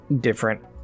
different